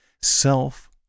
Self